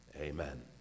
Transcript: amen